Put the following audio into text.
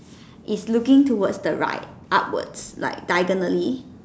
is looking towards the right upwards like diagonally